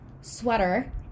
sweater